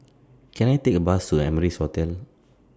Can I Take A Bus to Amrise Hotel